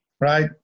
right